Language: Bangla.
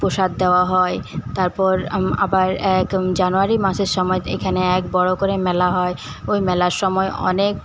প্রসাদ দেওয়া হয় তারপর আবার এক জানুয়ারি মাসের সময়ে এখানে এক বড় করে মেলা হয় ওই মেলার সময়ে অনেক